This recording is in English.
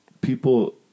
people